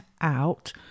out